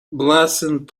blessing